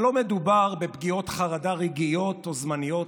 אבל לא מדובר בפגיעות חרדה רגעיות או זמניות,